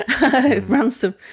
ransom